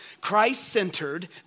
Christ-centered